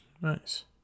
Nice